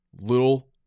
little